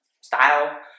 style